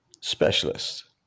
specialist